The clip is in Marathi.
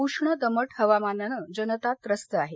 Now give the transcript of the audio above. उष्ण दमट हवामानानं जनता त्रस्त आहे